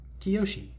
Kiyoshi